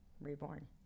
reborn